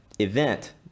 event